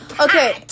Okay